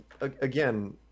again